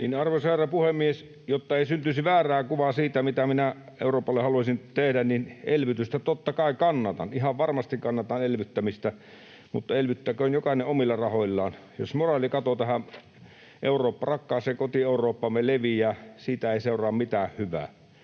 Arvoisa herra puhemies! Jotta ei syntyisi väärää kuvaa siitä, mitä minä Euroopalle haluaisin tehdä, niin elvytystä totta kai kannatan. Ihan varmasti kannatan elvyttämistä, mutta elvyttäköön jokainen omilla rahoillaan. Jos moraalikato tähän rakkaaseen koti-Eurooppaamme leviää, siitä ei seuraa mitään hyvää.